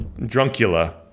Druncula